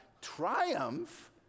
triumph